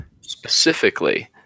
specifically